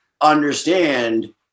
understand